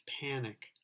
panic